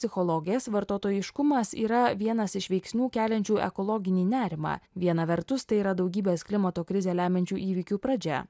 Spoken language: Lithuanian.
prischologės vartotojiškumas yra vienas iš veiksnių keliančių ekologinį nerimą viena vertus tai yra daugybės klimato krizę lemiančių įvykių pradžia